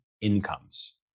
incomes